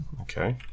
Okay